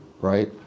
right